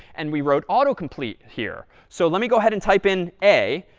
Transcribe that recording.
and we wrote autocomplete here. so let me go ahead and type in a,